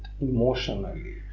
emotionally